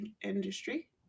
industry